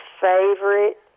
favorite